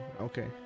okay